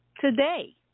today